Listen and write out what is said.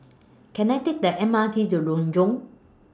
Can I Take The M R T to Renjong